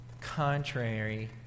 contrary